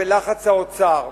בלחץ האוצר,